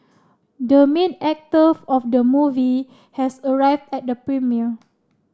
the main actor of the movie has arrived at the premiere